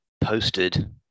posted